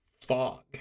fog